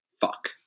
fuck